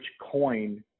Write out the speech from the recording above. coin